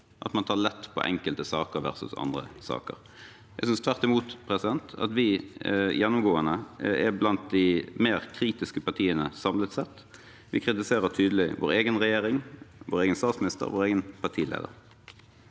at man tar lett på enkelte saker versus andre saker. Jeg synes tvert imot at vi gjennomgående er blant de mer kritiske partiene samlet sett. Vi kritiserer tydelig vår egen tidligere regjering, vår egen tidligere statsminister og vår egen partileder.